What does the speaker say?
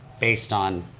based on